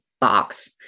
box